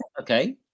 okay